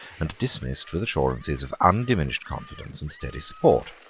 and dismissed with assurances of undiminished confidence and steady support.